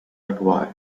required